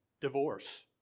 divorce